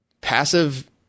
Passive